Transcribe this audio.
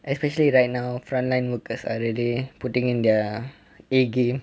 especially right now frontline workers are really putting in their a game